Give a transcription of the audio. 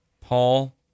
Paul